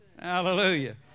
Hallelujah